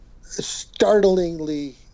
startlingly